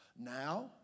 Now